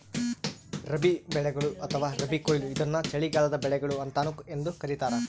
ರಬಿ ಬೆಳೆಗಳು ಅಥವಾ ರಬಿ ಕೊಯ್ಲು ಇದನ್ನು ಚಳಿಗಾಲದ ಬೆಳೆಗಳು ಅಂತಾನೂ ಎಂದೂ ಕರೀತಾರ